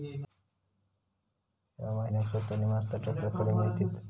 या महिन्याक स्वस्त नी मस्त ट्रॅक्टर खडे मिळतीत?